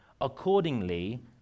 accordingly